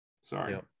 Sorry